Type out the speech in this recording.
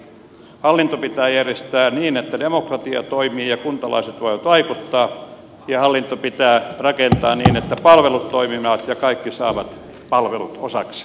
hallinto pitää järjestää niin että demokratia toimii ja kuntalaiset voivat vaikuttaa ja hallinto pitää rakentaa niin että palvelut toimivat ja kaikki saavat palvelut osakseen